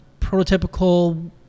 prototypical